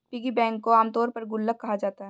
piggy bank को आमतौर पर गुल्लक कहा जाता है